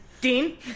Dean